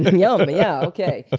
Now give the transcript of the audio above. yummy. yeah, okay.